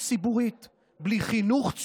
לא יכלה להרשות לעצמה להתמודד עם הקושי בדרך שאינה המערכת